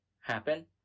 happen